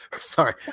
sorry